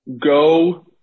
go